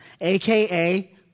aka